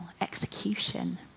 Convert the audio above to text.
execution